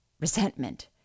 resentment